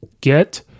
get